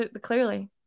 Clearly